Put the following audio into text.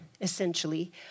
essentially